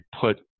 put